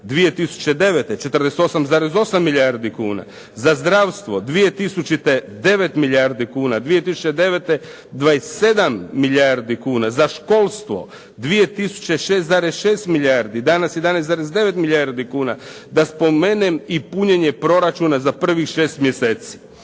2009. 48,8 milijardi kuna, za zdravstvo 2000. 9 milijardi kuna, 2009. 27 milijardi kuna. Za školstvo 2000. 6,6 milijardi, danas 11,9 milijardi kuna. Da spomenem i punjenje proračuna za prvih 6 mjeseci.